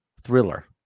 thriller